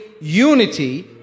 unity